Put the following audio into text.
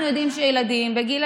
אנחנו יודעים שילדים בגיל,